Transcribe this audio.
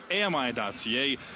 AMI.ca